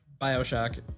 Bioshock